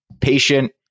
patient